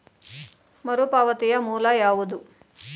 ಮರುಪಾವತಿಯ ಮೂಲ ಯಾವುದು?